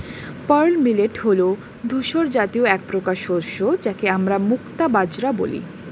pearl millet হল ধূসর জাতীয় একপ্রকার শস্য যাকে আমরা মুক্তা বাজরা বলি